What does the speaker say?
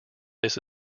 this